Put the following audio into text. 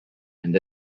and